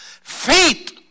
faith